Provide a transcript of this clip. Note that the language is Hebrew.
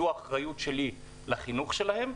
זאת האחריות שלי לחינוך שלהם,